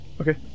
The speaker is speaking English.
okay